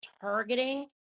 targeting